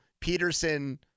Peterson